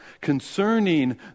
concerning